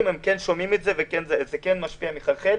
כן שומעים את זה וזה כן משפיע ומחלחל.